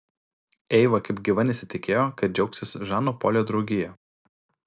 eiva kaip gyva nesitikėjo kad džiaugsis žano polio draugija